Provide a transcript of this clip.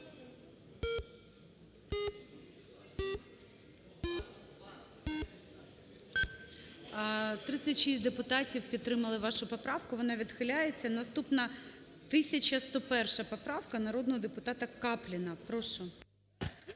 36 депутатів підтримали вашу поправку, вона відхиляється. Наступна 1101 поправка народного депутата Капліна. Прошу.